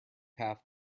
path